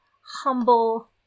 humble